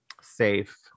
Safe